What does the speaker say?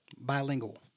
Bilingual